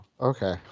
okay